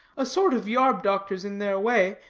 a sort of yarb-doctors in their way,